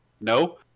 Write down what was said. no